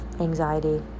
anxiety